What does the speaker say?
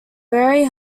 very